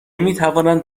میتوانند